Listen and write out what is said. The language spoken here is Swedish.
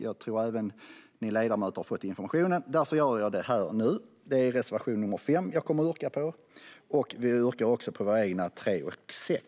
Jag tror även att ledamöterna har fått denna information. Därför yrkar jag här och nu bifall till reservation 5. Jag yrkar även bifall till våra egna reservationer 3 och 6.